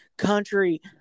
country